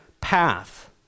path